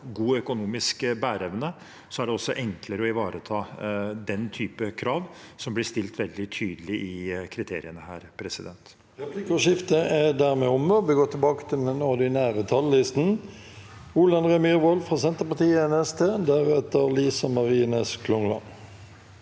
god økonomisk bæreevne, er det også enklere å ivareta den typen krav som blir stilt veldig tydelig i kriteriene her. Presidenten